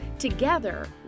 Together